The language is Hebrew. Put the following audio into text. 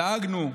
דאגנו,